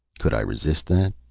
could i resist that?